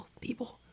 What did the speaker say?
people